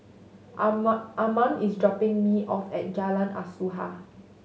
Armand is dropping me off at Jalan Asuhan